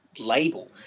label